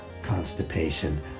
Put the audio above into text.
constipation